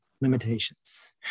limitations